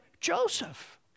Joseph